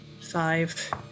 five